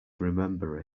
remember